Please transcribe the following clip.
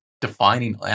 defining